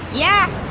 yeah!